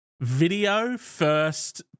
video-first